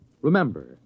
Remember